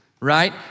right